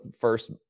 first